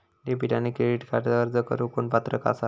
Debit आणि credit कार्डक अर्ज करुक कोण पात्र आसा?